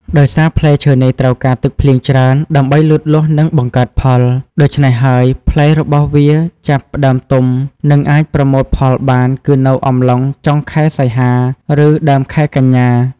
ដោយសារផ្លែឈើនេះត្រូវការទឹកភ្លៀងច្រើនដើម្បីលូតលាស់និងបង្កើតផល ដូច្នេះហើយផ្លែរបស់វាចាប់ផ្ដើមទុំនិងអាចប្រមូលផលបានគឺនៅអំឡុង ចុងខែសីហា ឬដើមខែកញ្ញា។